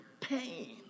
pain